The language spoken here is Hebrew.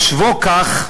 בחושבו כך,